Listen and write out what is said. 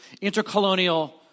intercolonial